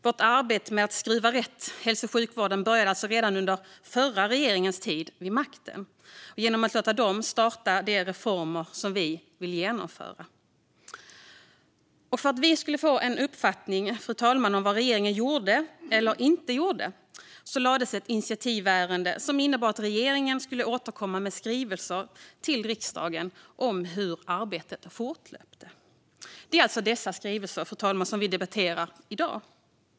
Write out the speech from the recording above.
Vårt arbete med att skruva hälso och sjukvården rätt började alltså redan under den förra regeringens tid vid makten genom att vi lät den förra regeringen starta de reformer som vi ville genomföra. För att vi skulle få en uppfattning om vad regeringen gjorde, eller inte gjorde, togs ett initiativ som innebar att regeringen skulle återkomma till riksdagen med skrivelser om hur arbetet fortlöpte. Det är dessa skrivelser, fru talman, som debatteras i dag.